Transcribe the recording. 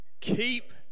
Keep